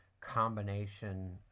combination